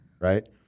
right